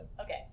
okay